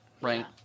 Right